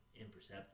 imperceptible